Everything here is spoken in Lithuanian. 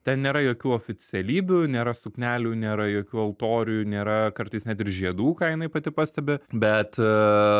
ten nėra jokių oficialybių nėra suknelių nėra jokių altorių nėra kartais net ir žiedų ką jinai pati pastebi bet